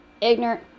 ignorant